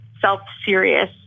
self-serious